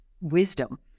wisdom